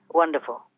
wonderful